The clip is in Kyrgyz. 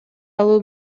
алуу